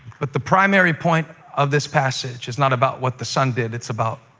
but the primary point of this passage is not about what the son did it's about